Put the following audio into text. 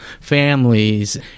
families